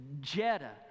Jetta